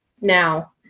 now